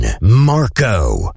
Marco